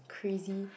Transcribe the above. crazy